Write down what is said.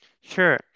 Sure